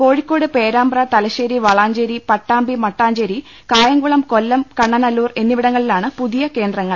കോഴിക്കോട് പേരാമ്പ്ര തലശ്ശേരി വളാഞ്ചേരി പട്ടാമ്പി മട്ടാഞ്ചേരി കായംകുളം കൊല്ലം കണ്ണനല്ലൂർ എന്നിവിടങ്ങ ളിലാണ് പുതിയ കേന്ദ്രങ്ങൾ